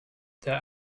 their